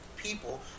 people